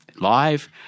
live